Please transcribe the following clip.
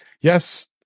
yes